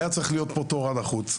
היה צריך להיות פה טור עד החוץ.